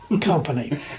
company